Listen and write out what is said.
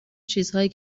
چیزهایی